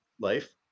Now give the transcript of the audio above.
life